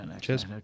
Cheers